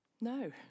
No